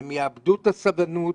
הם יאבדו את הסבלנות,